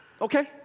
Okay